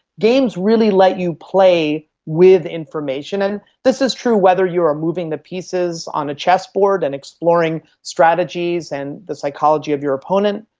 games really let you play with information, and this is true whether you're ah moving the pieces on a chessboard and exploring strategies and the psychology of your opponent,